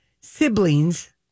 siblings